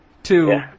Two